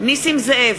נסים זאב,